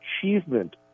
achievement